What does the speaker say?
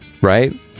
right